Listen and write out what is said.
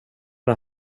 det